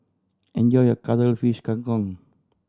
enjoy your Cuttlefish Kang Kong